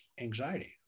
anxiety